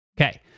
okay